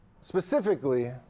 specifically